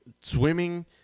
swimming